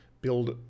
build